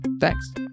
Thanks